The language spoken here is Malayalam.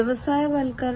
വ്യവസായവൽക്കരണം